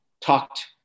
talked